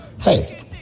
Hey